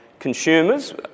Consumers